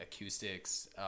acoustics